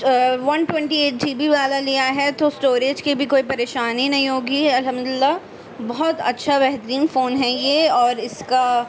one twenty eight G B والا لیا ہے تو اسٹوریج کی بھی کوئی پریشانی نہیں ہوگی الحمد للہ بہت اچھا بہترین فون ہے یہ اور اس کا